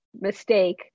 mistake